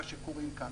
מה שקוראים כאן,